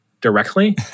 directly